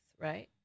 right